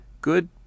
good